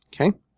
Okay